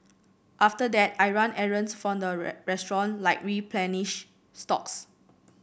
after that I run errands for the restaurant like replenish stocks